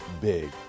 Big